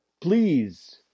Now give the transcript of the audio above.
Please